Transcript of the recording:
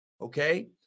okay